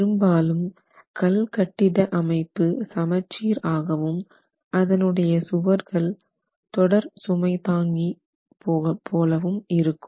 பெரும்பாலும் கல் கட்டிட அமைப்பு சமச்சீர் ஆகவும் அதனுடைய சுவர்கள் தொடர் சுமைதாங்கி இருக்கும்